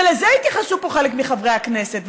ולזה התייחסו פה חלק מחברי הכנסת,